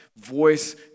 voice